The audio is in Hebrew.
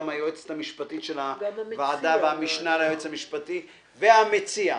גם היועצת המשפטית של הוועדה והמשנה ליועץ המשפטי והמציע,